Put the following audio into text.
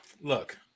Look